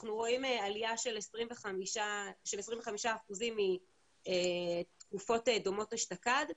אנחנו רואים עלייה של 25% מתקופות דומות אשתקד,